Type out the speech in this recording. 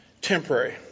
temporary